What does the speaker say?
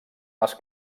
les